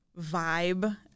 vibe